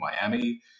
Miami